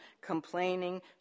complaining